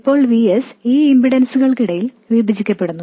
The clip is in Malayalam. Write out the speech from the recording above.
ഇപ്പോൾ Vs ഈ ഇംപിഡെൻസുകൾക്കിടയിൽ വിഭജിക്കപ്പെടുന്നു